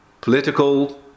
political